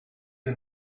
and